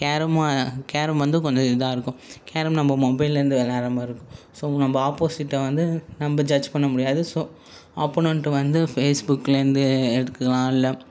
carrom carrom வந்து கொஞ்சம் இதாக இருக்கும் கேரம் நம்ம மொபைல்லேயிருந்து விளையாட்ற மாதிரி இருக்கும் ஸோ நம்ம ஆப்போசிட்டை வந்து நம்ம ஜட்ஜ் பண்ண முடியாது ஸோ ஆப்போனென்ட் வந்து ஃபேஸ்புக்லேயிருந்து எடுத்துக்கலாம் இல்லை